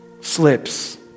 slips